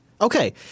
Okay